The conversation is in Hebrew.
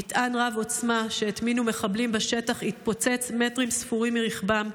מטען רב עוצמה שהטמינו מחבלים בשטח התפוצץ מטרים ספורים מרכבם.